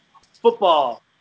football